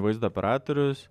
vaizdo operatorius